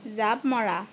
জাঁপ মৰা